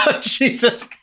Jesus